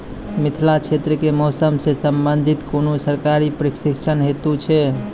मिथिला क्षेत्रक कि मौसम से संबंधित कुनू सरकारी प्रशिक्षण हेतु छै?